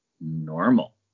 normal